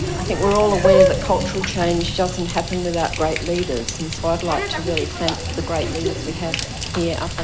i think we are all aware that cultural change doesn't happen without great leaders, and so ah like to really thank the great leaders we have yeah ah